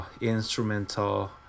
Instrumental